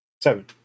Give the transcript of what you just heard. Seven